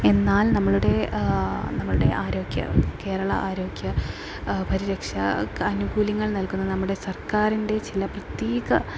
എന്നാൽ നമ്മളുടെ നമ്മളുടെ ആരോഗ്യ കേരള ആരോഗ്യ പരിരക്ഷ ആനുകൂല്യങ്ങൾ നൽകുന്ന നമ്മുടെ സർക്കാരിൻ്റെ ചില പ്രത്യേക